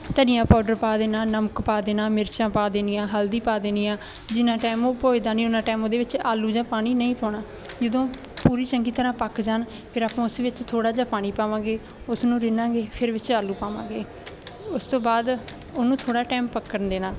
ਧਨੀਆ ਪਾਊਡਰ ਪਾ ਦੇਣਾ ਨਮਕ ਪਾ ਦੇਣਾ ਮਿਰਚਾਂ ਪਾ ਦੇਣੀਆਂ ਹਲਦੀ ਪਾ ਦੇਣੀ ਆ ਜਿੰਨਾ ਟਾਈਮ ਉਹ ਭੁੱਜਦਾ ਨਹੀਂ ਉਨਾ ਟਾਈਮ ਉਹਦੇ ਵਿੱਚ ਆਲੂ ਜਾਂ ਪਾਣੀ ਨਹੀਂ ਪਾਉਣਾ ਜਦੋਂ ਪੂਰੀ ਚੰਗੀ ਤਰ੍ਹਾਂ ਪੱਕ ਜਾਣ ਫਿਰ ਆਪਾਂ ਉਸ ਵਿੱਚ ਥੋੜ੍ਹਾ ਜਿਹਾ ਪਾਣੀ ਪਾਵਾਂਗੇ ਉਸ ਨੂੰ ਰਿੰਨਾਂਗੇ ਫਿਰ ਵਿੱਚ ਆਲੂ ਪਾਵਾਂਗੇ ਉਸ ਤੋਂ ਬਾਅਦ ਉਹਨੂੰ ਥੋੜ੍ਹਾ ਟਾਈਮ ਪੱਕਣ ਦੇਣਾ